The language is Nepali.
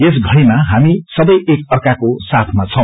यस घड़ीमा हामी सबै एक अर्काको साथमा छौ